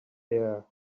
bare